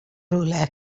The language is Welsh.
rhywle